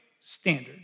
standard